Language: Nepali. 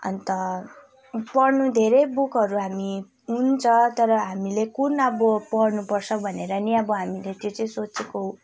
अन्त पढ्नु धेरै बुकहरू हामी हुन्छ तर हामीले कुन अब पढ्नुपर्छ भनेर नि अब हामीले त्यो चाहिँ सोचेको